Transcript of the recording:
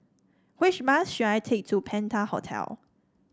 which bus should I take to Penta Hotel